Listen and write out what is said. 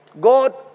God